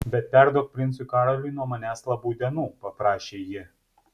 bet perduok princui karoliui nuo manęs labų dienų paprašė ji